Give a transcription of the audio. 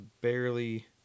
barely